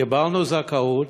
קיבלנו זכאות,